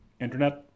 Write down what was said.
internet